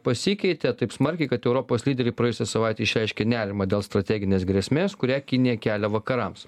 pasikeitė taip smarkiai kad europos lyderiai praėjusią savaitę išreiškė nerimą dėl strateginės grėsmės kurią kinija kelia vakarams